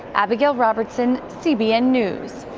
abigail robertson, cbn news.